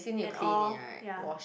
and all ya